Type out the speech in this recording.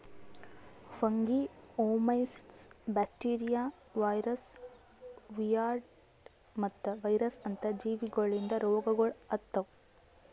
fungi, oomycetes, bacteria, viruses, viroids ಮತ್ತ virus ಅಂತ ಜೀವಿಗೊಳಿಂದ್ ರೋಗಗೊಳ್ ಆತವ್